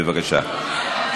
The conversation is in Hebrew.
בבקשה.